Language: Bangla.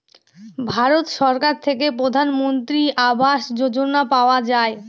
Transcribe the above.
ভারত সরকার থেকে প্রধানমন্ত্রী আবাস যোজনা পাওয়া যায়